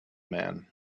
man